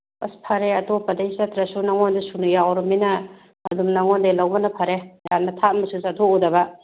ꯑꯁ ꯐꯔꯦ ꯑꯇꯣꯞꯄꯗꯒꯤ ꯆꯠꯇ꯭ꯔꯁꯨ ꯅꯉꯣꯟꯗ ꯁꯨꯅ ꯌꯥꯎꯔꯕꯅꯤꯅ ꯑꯗꯨꯝ ꯅꯉꯣꯟꯗꯒꯤ ꯂꯧꯕꯅ ꯐꯔꯦ ꯌꯥꯝꯅ ꯊꯥꯞꯅꯁꯨ ꯆꯠꯊꯣꯛꯎꯗꯕ